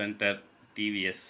splendor TVS